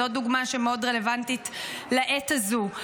זאת דוגמה שמאוד רלוונטית לעת הזו.